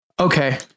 Okay